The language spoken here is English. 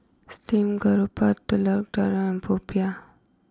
Steamed Garoupa Telur Dadah and Popiah